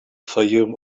fayoum